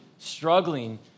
struggling